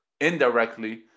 indirectly